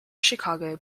chicago